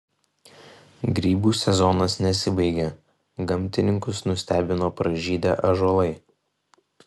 grybų sezonas nesibaigia gamtininkus nustebino pražydę ąžuolai